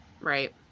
right